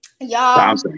Y'all